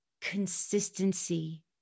consistency